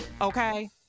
Okay